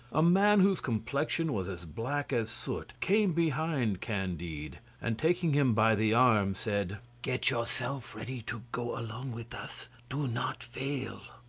a man whose complexion was as black as soot, came behind candide, and taking him by the arm, said get yourself ready to go along with us do not fail.